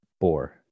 four